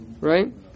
right